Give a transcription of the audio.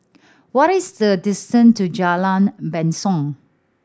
what is the distance to Jalan Basong